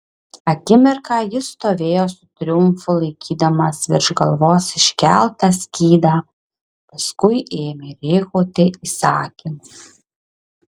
akimirką jis stovėjo su triumfu laikydamas virš galvos iškeltą skydą paskui ėmė rėkauti įsakymus